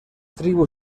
tribu